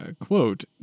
Quote